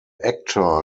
actor